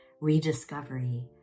rediscovery